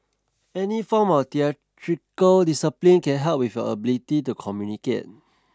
any form of theatrical discipline can help with ability to communicate